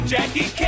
Jackie